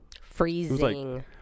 freezing